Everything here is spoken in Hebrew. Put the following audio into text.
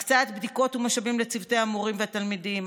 הקצאת בדיקות ומשאבים לצוותי המורים והתלמידים,